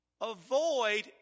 Avoid